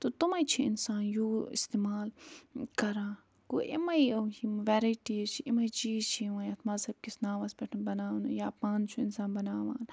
تہٕ تِمَے چھِ اِنسان یوٗ استعمال کران گوٚو یِمَے یِم وٮ۪رَیٹیٖز چھِ یِمَے چیٖز چھِ یِوان یَتھ مذہب کِس ناوَس پٮ۪ٹھ بناونہٕ یا پانہٕ چھُ اِنسان بناوان